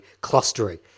clustering